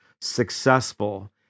successful